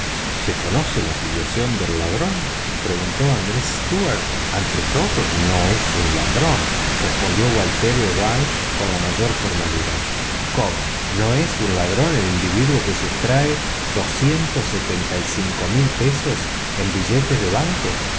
se conoce la filiación del ladrón preguntó andrés stuart ante todo no es un ladrón rio ralph con la mayor formalidad cómo no es un ladrón el individuo que sustrajo cincuenta y cinco mil libras en billetes de banco